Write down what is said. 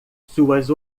suas